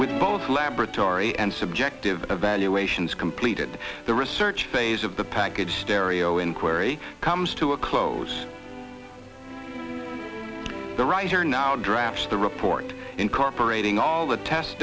with both laboratory and subjective evaluations completed the research phase of the package stereo inquiry comes to a close the riser now drops the report incorporating all the test